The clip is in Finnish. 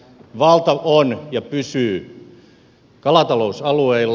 valta on ja pysyy kalatalousalueilla